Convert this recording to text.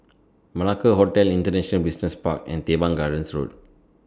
Malacca Hotel International Business Park and Teban Gardens Road